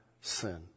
sin